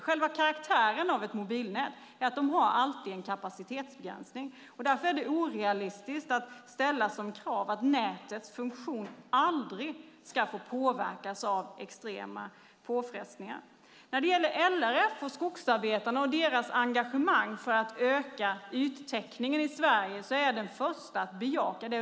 Själva karaktären på ett mobilnät är att det alltid har en kapacitetsbegränsning. Därför är det orealistiskt att ställa som krav att nätets funktion aldrig ska få påverkas av extrema påfrestningar. När det gäller LRF, skogsarbetarna och deras engagemang för att öka yttäckningen i Sverige är jag den första att bejaka det.